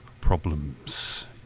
problems